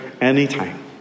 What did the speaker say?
anytime